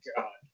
God